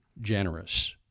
generous